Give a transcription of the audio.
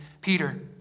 Peter